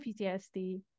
PTSD